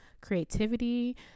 creativity